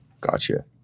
Gotcha